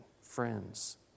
friends